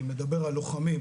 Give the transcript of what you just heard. אני מדבר על לוחמים,